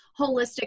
holistic